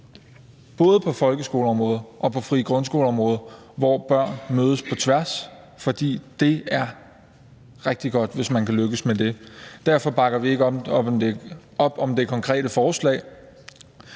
både på folkeskoleområdet og området for frie grundskoler, hvor børn mødes på tværs. For det er rigtig godt, hvis man kan lykkes med det. Derfor bakker vi ikke op om det konkrete forslag.